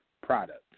product